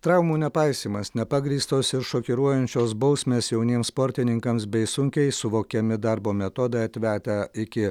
traumų nepaisymas nepagrįstos ir šokiruojančios bausmės jauniems sportininkams bei sunkiai suvokiami darbo metodai atvedę iki